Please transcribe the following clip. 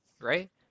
right